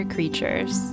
Creatures